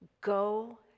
Go